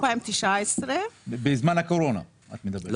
2019. בזמן הקורונה את מדברת.